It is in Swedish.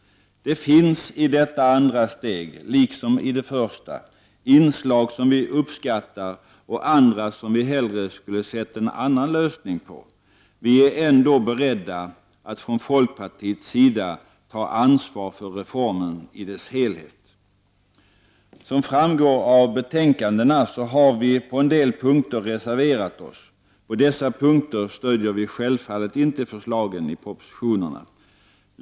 Det finns i detta andra steg, liksom i det första, inslag som vi uppskattar och andra som vi hellre skulle sett en annan lösning på. Vi är från folkpartiets sida ändå beredda att ta ansvar för reformen i dess helhet. Som framgår av betänkandena har vi på en del punkter reserverat oss. På dessa punkter stödjer vi självfallet inte förslagen i propositionerna.